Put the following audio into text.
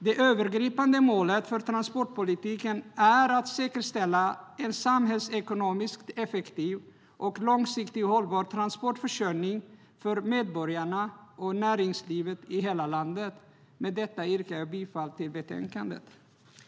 Det övergripande målet för transportpolitiken är slutligen att säkerställa en samhällsekonomiskt effektiv och långsiktigt hållbar transportförsörjning för medborgarna och näringslivet i hela landet.